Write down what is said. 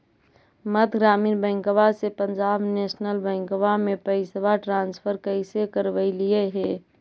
मध्य ग्रामीण बैंकवा से पंजाब नेशनल बैंकवा मे पैसवा ट्रांसफर कैसे करवैलीऐ हे?